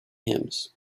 hymns